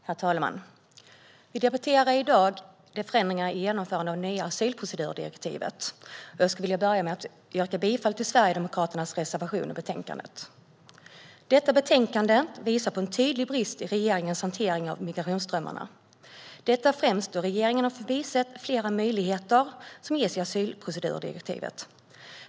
Herr talman! Vi debatterar i dag förändringar i och med genomförande av det nya asylprocedurdirektivet. Jag skulle vilja börja med att yrka bifall till Sverigedemokraternas reservation i betänkandet. Detta betänkande visar på en tydlig brist i regeringens hantering av migrationsströmmarna - detta främst då regeringen har förbisett flera möjligheter som ges i asylprocedurdirektivet.